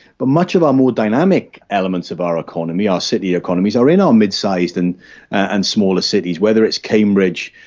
but much of our more dynamic elements of our economy, our city economies, are in our mid-sized and and smaller cities, whether it's cambridge,